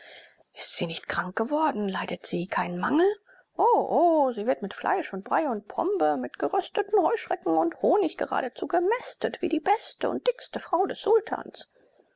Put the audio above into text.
ist sie nicht krank geworden leidet sie keinen mangel o o sie wird mit fleisch und brei und pombe mit gerösteten heuschrecken und honig geradezu gemästet wie die beste und dickste frau des sultans